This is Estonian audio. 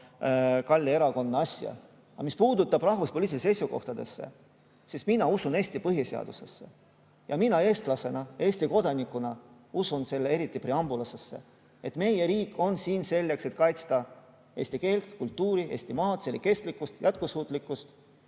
kalli erakonna asja. Mis puudutab rahvuspoliitilisi seisukohti, siis mina usun Eesti põhiseadusesse. Mina eestlasena, Eesti kodanikuna, usun eriti selle preambulisse, et meie riik on olemas selleks, et kaitsta eesti keelt, kultuuri, Eestimaad, selle kestlikkust, jätkusuutlikkust.